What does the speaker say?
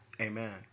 Amen